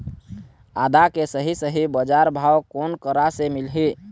आदा के सही सही बजार भाव कोन करा से मिलही?